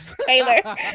Taylor